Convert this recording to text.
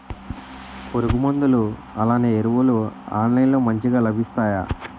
పురుగు మందులు అలానే ఎరువులు ఆన్లైన్ లో మంచిగా లభిస్తాయ?